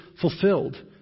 fulfilled